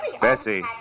Bessie